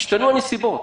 השתנו הנסיבות.